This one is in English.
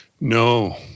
No